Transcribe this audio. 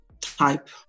type